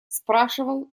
спрашивал